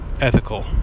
ethical